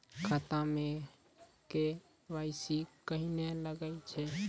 खाता मे के.वाई.सी कहिने लगय छै?